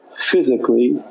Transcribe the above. physically